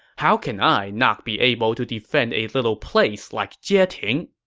how can i not be able to defend a little place like jieting?